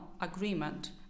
agreement